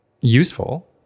useful